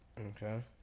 okay